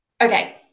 Okay